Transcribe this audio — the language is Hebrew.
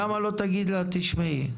למה שלא תגיד לה: "תשמעי,